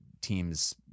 teams